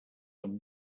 amb